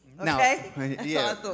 okay